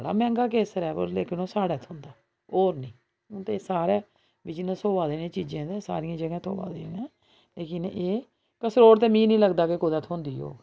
बड़ा मैंह्गा केसर लेकिन ओह् साढ़ै थ्होंदा होर नी ते हून ते सारै बिजनस होऐ दे चीज़ें दे सारियें जगह् थ्होऐ दे न लेकिन एह् कसरोड मि नी लगदा कि कुदै थ्होंदी होग